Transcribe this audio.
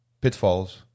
pitfalls